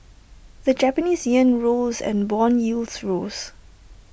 the Japanese Yen rose and Bond yields rose